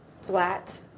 flat